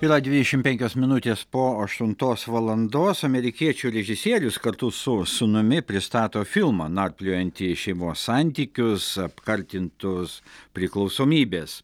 yra dvidešimt penkios minutės po aštuntos valandos amerikiečių režisierius kartu su sūnumi pristato filmą narpliojantį šeimos santykius apkartintus priklausomybės